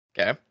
Okay